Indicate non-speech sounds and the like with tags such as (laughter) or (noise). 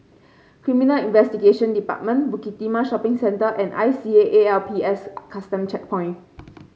Criminal Investigation Department Bukit Timah Shopping Centre and I C A A L P S Custom Checkpoint (noise)